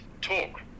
talk